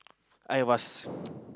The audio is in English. I was